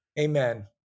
Amen